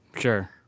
Sure